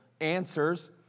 answers